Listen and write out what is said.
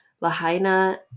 Lahaina